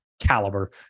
caliber